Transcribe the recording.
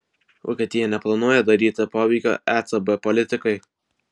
vokietija neplanuoja daryti poveikio ecb politikai